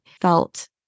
felt